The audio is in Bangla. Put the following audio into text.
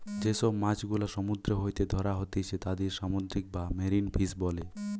যে সব মাছ গুলা সমুদ্র হইতে ধ্যরা হতিছে তাদির সামুদ্রিক বা মেরিন ফিশ বোলে